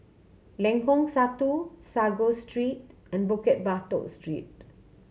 Lengkok Satu Sago Street and Bukit Batok Street